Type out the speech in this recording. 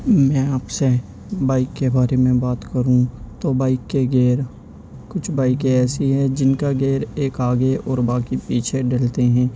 میں آپ سے بائک کے بارے میں بات کروں تو بائک کے گیئر کچھ بائکیں ایسی ہے جن کا گیئر ایک آگے اور باقی پیچھے ڈلتے ہیں